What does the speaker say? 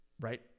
right